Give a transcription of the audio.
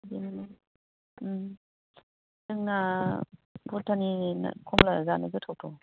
बिदि मोनो जोंना भुटाननि खमलाया जानो गोथावथ'